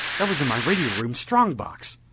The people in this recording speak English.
that was in my radio room strong box!